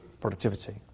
productivity